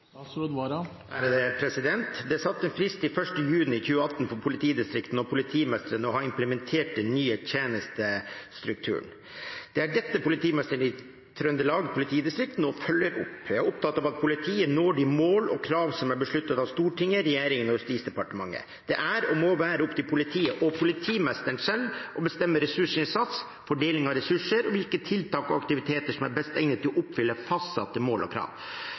Det er satt en frist til 1. juni 2018 for politidistriktene og politimestrene til å ha implementert den nye tjenestestrukturen. Det er dette politimesteren i Trøndelag politidistrikt nå følger opp. Jeg er opptatt av at politiet når de mål og krav som er besluttet av Stortinget, regjeringen og Justisdepartementet. Det er og må være opp til politiet og politimesteren selv å bestemme ressursinnsats, fordeling av ressurser og hvilke tiltak og aktiviteter som er best egnet til å oppfylle fastsatte mål og krav.